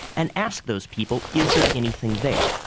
and ask those people. is there anything there.